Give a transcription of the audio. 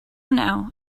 now